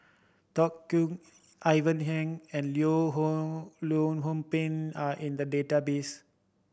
Tony Khoo Ivan Heng and Hong Leong Hong Pin are in the database